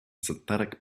synthetic